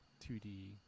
2D